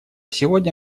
сегодня